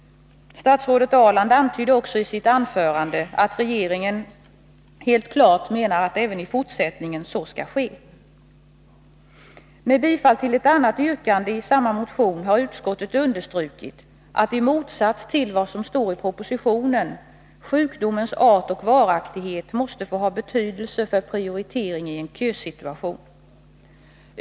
I sitt anförande antydde också statsrådet Karin Ahrland att regeringen menar att det också skall ske i fortsättningen. Med tillstyrkande av ett annat yrkande i samma motion har utskottet understrukit — i motsats till vad som står i propositionen — att sjukdomens art och varaktighet måste få ha betydelse för prioritering i en kösituation.